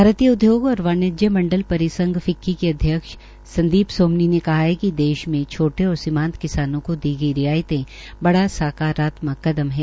भारतीय उदयोग और वाणिज्य मंडल परिसंघ फिक्की के अध्यक्ष संदीप सोमनी ने कहा है कि देश में छोटे और सीमान्त किसानों को दी गई रियायतें बड़ा साकारत्मक कदम है